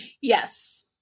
Yes